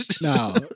no